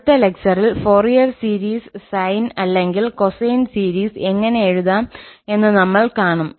അടുത്ത ലെക്ചറിൽ Fourier sine അല്ലെങ്കിൽ കൊസൈൻ സീരീസ് എങ്ങനെ എഴുതാം എന്ന് നമ്മൾ കാണും